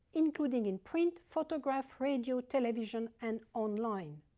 including in print, photograph, radio, television and online.